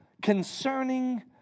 concerning